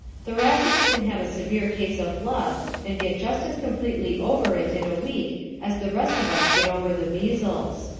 thoracics can have a severe case of love, and get just as completely over it in a week as the rest of us get over the measles.